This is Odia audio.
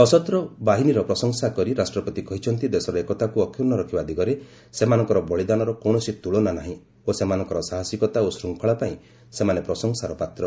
ସଶସ୍ତ ବାହିନୀର ପ୍ରଶଂସା କରି ରାଷ୍ଟ୍ରପତି କହିଛନ୍ତି ଦେଶର ଏକତାକୁ ଅକ୍ଷୁଶ୍ୱ ରଖିବା ଦିଗରେ ସେମାନଙ୍କର ବଳିଦାନର କକିଣସି ତୁଳନା ନାହିଁ ଓ ସେମାନଙ୍କର ସାହିସିକତା ଓ ଶୃଙ୍ଖଳା ପାଇଁ ସେମାନେ ପ୍ରଶଂସାର ପାତ୍ର